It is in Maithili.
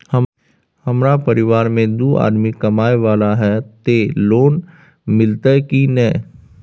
हमरा परिवार में दू आदमी कमाए वाला हे ते लोन मिलते की ने?